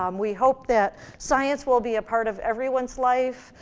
um we hope that science will be a part of everyone's life.